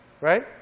right